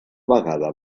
vegada